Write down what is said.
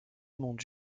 monde